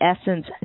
essence